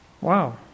Wow